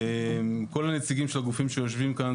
כל הנציגים של הגופים שיושבים כאן,